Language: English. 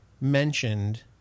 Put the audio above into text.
mentioned